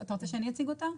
אתה רוצה שאני אציג אותה?